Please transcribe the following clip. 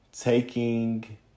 taking